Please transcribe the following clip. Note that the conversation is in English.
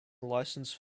licence